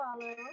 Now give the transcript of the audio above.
follow